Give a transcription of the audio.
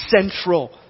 central